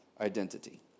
identity